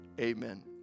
Amen